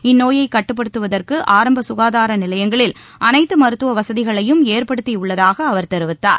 இந்நோயை கட்டுப்படுத்துவதற்கு ஆரம்ப ககாதாரநிலையங்களில் அனைத்து மருத்துவ வசதிகளையும் ஏற்படுத்த டஉள்ளதாக அவர் கூறியுள்ளார்